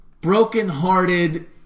broken-hearted